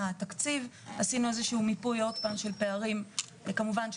שום תקציב לא ניתן לנו ופה נאמר שניתן תקציב וזה לא נכון,